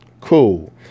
Cool